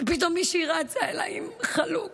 ופתאום מישהי רצה אליי עם חלוק,